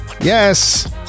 Yes